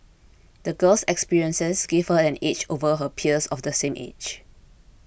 the girl's experiences gave her an edge over her peers of the same age